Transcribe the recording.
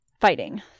fighting